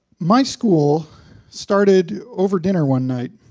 my school started over dinner one night.